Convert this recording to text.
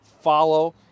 follow